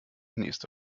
nächste